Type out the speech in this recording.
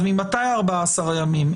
ממתי 14 הימים?